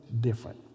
different